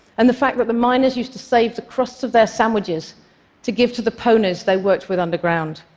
and the fact that the miners used to save the crusts of their sandwiches to give to the ponies they worked with underground.